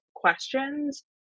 questions